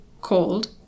called